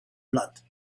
blood